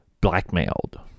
blackmailed